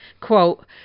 quote